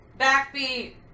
backbeat